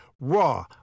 raw